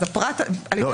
אז הפרט --- לא,